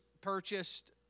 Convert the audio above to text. purchased